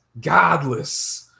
godless